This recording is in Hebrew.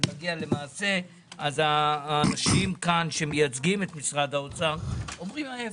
במעשה האנשים כאן שמייצגים את משרד האוצר אומרים ההפך.